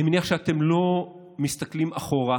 אני מניח שאתם לא מסתכלים אחורה